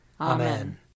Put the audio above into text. Amen